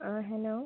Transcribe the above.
ആ ഹലോ